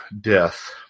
death